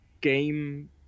Game